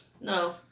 No